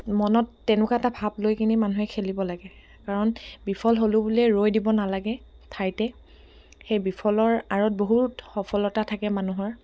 মনত তেনেকুৱা এটা ভাৱ লৈ কিনে মানুহে খেলিব লাগে কাৰণ বিফল হ'লো বুলিয়ে ৰৈ দিব নালাগে ঠাইতে সেই বিফলৰ আঁৰত বহুত সফলতা থাকে মানুহৰ